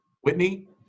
Whitney